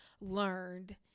learned